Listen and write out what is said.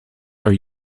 are